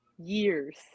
years